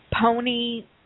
pony